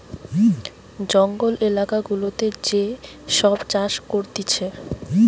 জঙ্গল এলাকা গুলাতে যে সব চাষ করতিছে